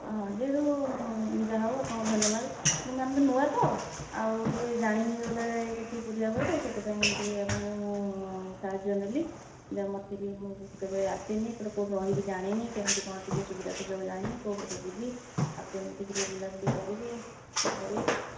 ହଁ ଯେହେତୁ ଯାହା ହଉ ଆପଣ ଧନ୍ୟବାଦ ଆମେ ନୂଆ ତ ଆଉ ଟିକେ ଜାଣିନି କିଛି ପୁରୀ ବାବଦରେ ସେଥିପାଇଁ ଟିକେ ଆପଣଙ୍କୁ ମୁଁ ସାହାଯ୍ୟ ନେଲି ଯାହା ମୋତେ ମୁଁ କେବେ ଆସିନି ଏପଟେ କେଉଁଠି ରହିବି ଜାଣିନି କେମିତି କ'ଣ ଟିକେ ସୁବିଧା ସୁଯୋଗ ଜାଣିନି କେଉଁପଟେ ଯିବି ଆଉ କେମିତି ଟିକିଏ ବୁଲାବୁଲି କରିବି କ'ଣ କରିବି